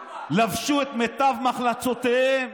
לבשו את מיטב מחלצותיהם,